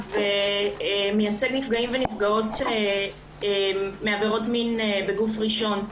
ומייצג נפגעים ונפגעות עבירות מין בגוף ראשון.